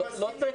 לא צריך